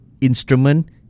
instrument